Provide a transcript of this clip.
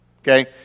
Okay